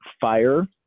fire